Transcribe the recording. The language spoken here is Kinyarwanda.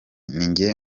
ninjye